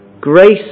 Grace